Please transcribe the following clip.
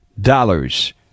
dollars